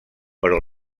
però